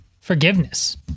forgiveness